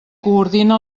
coordina